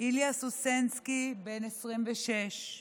איליה סוסנסקי, בן 26,